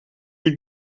you